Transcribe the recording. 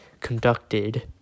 conducted